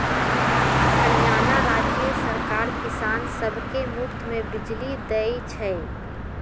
हरियाणा राज्य सरकार किसान सब के मुफ्त में बिजली देई छई